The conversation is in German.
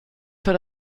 für